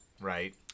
right